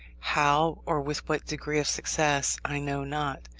how, or with what degree of success, i know not.